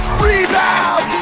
rebound